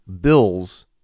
bills